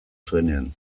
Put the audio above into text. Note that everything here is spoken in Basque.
zuenean